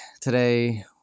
today